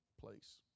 place